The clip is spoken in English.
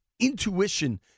intuition